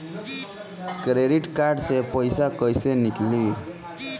Credit card से पईसा केइसे निकली?